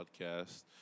Podcast